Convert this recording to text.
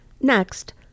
Next